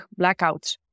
blackouts